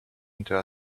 into